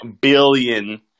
billion